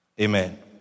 Amen